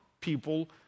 people